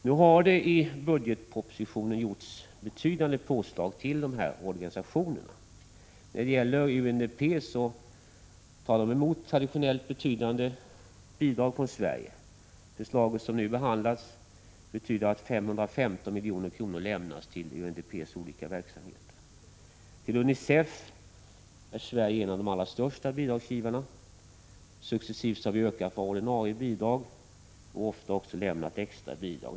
Nu har i budgetpropositionen betydande påslag gjorts till dessa organisationer. UNDP mottar traditionellt betydande bidrag från Sverige. Förslaget som nu behandlas betyder att 515 milj.kr. lämnas till UNDP:s olika verksamheter. Sverige är en av de allra största givarna av bidrag till UNICEF. Successivt har vi ökat våra ordinarie bidrag och ofta också lämnat extra bidrag.